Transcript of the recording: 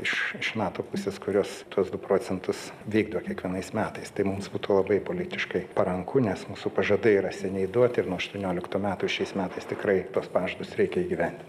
iš nato pusės kurios tuos du procentus vykdo kiekvienais metais tai mums būtų labai politiškai paranku nes mūsų pažadai yra seniai duoti ir nuo aštuonioliktų metų šiais metais tikrai tuos pažadus reikia įgyvendint